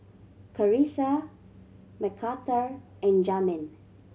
Carissa Mcarthur and Jamin